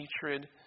hatred